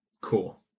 Cool